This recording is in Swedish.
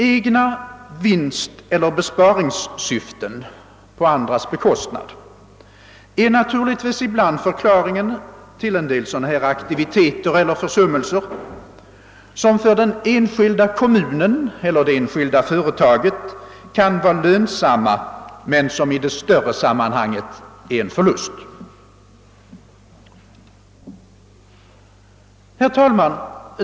Egna vinsteller besparingssyften på andras bekostnad är naturligtvis ibland förklaringen till. sådana här aktiviteter eller försummelser, som för den enskilda kommunen eller: det enskilda företaget kan. vara lönsamma men som i det större sammanhanget innebär en förlust: Herr talman!